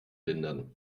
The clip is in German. lindern